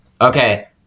Okay